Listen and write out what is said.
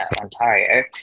Ontario